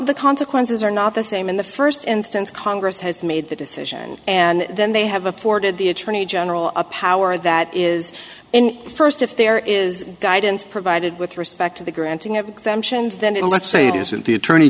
the consequences are not the same in the first instance congress has made the decision and then they have afforded the attorney general a power that is in first if there is guidance provided with respect to the granting of exemptions then and let's say it isn't the attorney